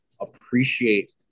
appreciate